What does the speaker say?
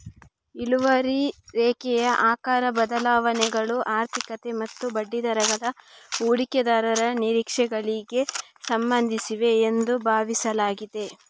ಇಳುವರಿ ರೇಖೆಯ ಆಕಾರ ಬದಲಾವಣೆಗಳು ಆರ್ಥಿಕತೆ ಮತ್ತು ಬಡ್ಡಿದರಗಳ ಹೂಡಿಕೆದಾರರ ನಿರೀಕ್ಷೆಗಳಿಗೆ ಸಂಬಂಧಿಸಿವೆ ಎಂದು ಭಾವಿಸಲಾಗಿದೆ